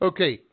Okay